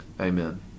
Amen